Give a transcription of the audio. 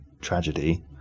tragedy